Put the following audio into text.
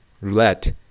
roulette